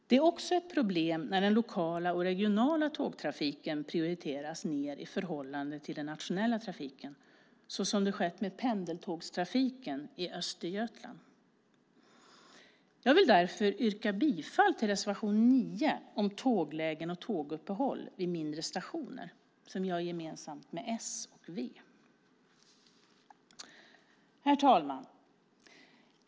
Det är också ett problem när den lokala och regionala tågtrafiken prioriteras ned i förhållande till den nationella trafiken så som skett med pendeltågstrafiken i Östergötland. Jag vill därför yrka bifall till reservation 9 om tåglägen och tåguppehåll vid mindre stationer, som vi har gemensamt med S och V. Herr talman!